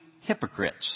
hypocrites